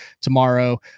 tomorrow